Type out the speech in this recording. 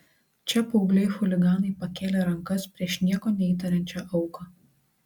čia paaugliai chuliganai pakėlė rankas prieš nieko neįtariančią auką